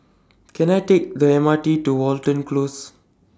Can I Take The M R T to Watten Close